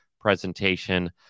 presentation